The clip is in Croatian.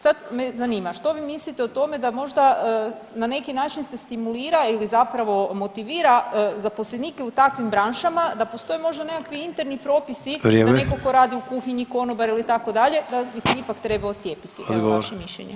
Sad me zanima, što vi mislite o tome da možda na neki način se stimulira ili zapravo motivira zaposlenike u takvim branšama da postoje možda nekakvi interni propisi [[Upadica Sanader: vrijeme.]] da neko ko radi u kuhinji, konobar itd. da bi se ipak trebao cijepiti, evo vaše mišljenje.